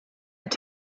have